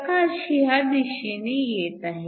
प्रकाश ह्या दिशेने येत आहे